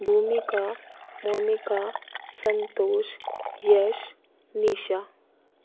भूमिका मोनिका संतोष यश निशा